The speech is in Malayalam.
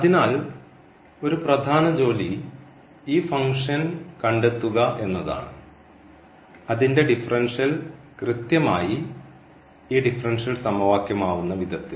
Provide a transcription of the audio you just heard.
അതിനാൽ ഒരു പ്രധാന ജോലി ഈ ഫംഗ്ഷൻ കണ്ടെത്തുക എന്നതാണ് അതിൻറെ ഡിഫറൻഷ്യൽ കൃത്യമായി ഈ ഡിഫറൻഷ്യൽ സമവാക്യമാവുന്ന വിധത്തിൽ